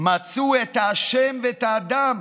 מצאו את האשם ואת האדם